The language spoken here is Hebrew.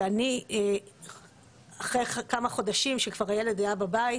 שאני אחרי כמה חודשים שכבר הילד היה בבית,